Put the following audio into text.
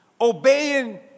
obeying